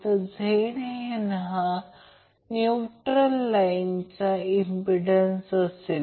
आणि phase a b c दिली आहे ही न्यूट्रल लाईन दिली आहे ती तेथे असू शकते किंवा तेथे नसेल